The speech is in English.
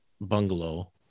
bungalow